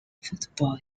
football